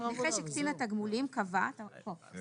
סעיף קטן (א): "נכה שקצין התגמולים קבע כי